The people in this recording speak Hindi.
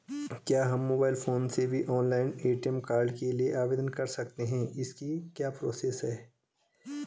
क्या हम मोबाइल फोन से भी ऑनलाइन ए.टी.एम कार्ड के लिए आवेदन कर सकते हैं इसकी क्या प्रोसेस है?